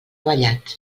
vallat